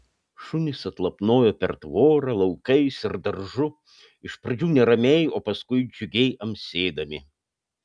šunys atlapnojo per tvorą laukais ir daržu iš pradžių neramiai o paskui džiugiai amsėdami